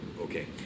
Okay